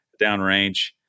downrange